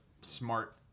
smart